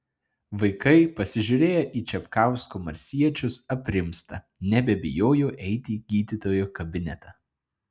vaikai pasižiūrėję į čepkausko marsiečius aprimsta nebebijo eiti į gydytojo kabinetą